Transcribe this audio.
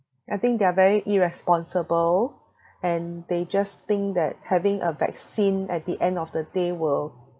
I think they are very irresponsible and they just think that having a vaccine at the end of the day will